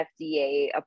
FDA